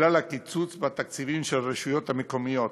בגלל הקיצוץ בתקציבים של הרשויות המקומיות,